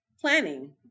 planning